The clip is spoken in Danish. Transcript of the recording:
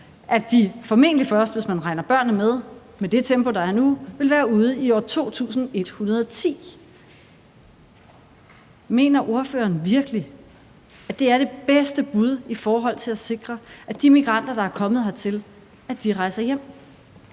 at de formentlig først, hvis man regner børnene med – med det tempo, der er nu – vil være ude i år 2110. Mener ordføreren virkelig, at det er det bedste bud i forhold til at sikre, at de migranter, der er kommet hertil, rejser hjem?